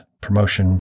promotion